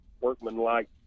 workman-like